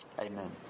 Amen